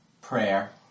prayer